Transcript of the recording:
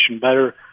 better